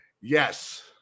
Yes